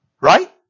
Right